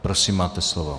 Prosím máte slovo.